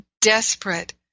desperate